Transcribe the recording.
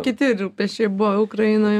kiti rūpesčiai buvo ukrainoj